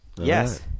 Yes